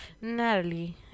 Natalie